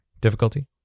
Difficulty